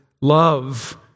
love